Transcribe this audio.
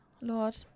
Lord